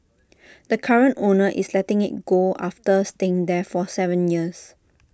the current owner is letting IT go after staying there for Seven years